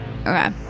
Okay